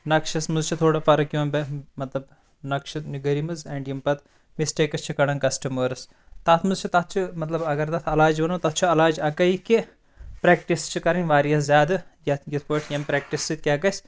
نَقشَس منٛز چھِ تھوڑا فرق یِوان مطلب نَقشہِ نِگٲری منٛز اینٛڈ یِم پَتہٕ مِسٹیکٔس چھِ کڑان کَسٹَمٲرٕس تَتھ منٛز چھ تَتھ چھ مطلب اَگر تَتھ علاج وَنو تَتھ چھُ علاج اَکٕے کہِ پرٛٮ۪کٹِس چھِ کرٕنۍ واریاہ زیادٕ یتھ یِتھ پٲٹھۍ یِم پرٛٮ۪کٹِس سۭتۍ کیاہ گژھِ